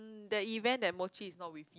um the event that Mochi is not with